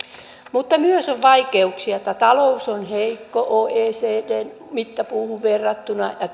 mutta myös on vaikeuksia talous on heikko oecdn mittapuuhun verrattuna ja